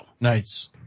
Nice